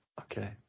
Okay